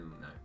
no